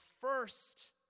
first